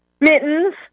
Mittens